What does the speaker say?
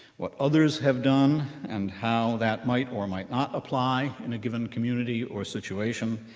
what others have done, and how that might or might not apply in a given community or situation,